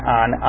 on